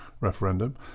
referendum